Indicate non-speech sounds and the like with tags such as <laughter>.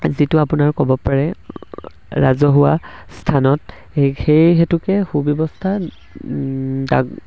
যিটো আপোনাৰ ক'ব পাৰে ৰাজহুৱা স্থানত সেই সেই হেতুকে সুব্যৱস্থা <unintelligible>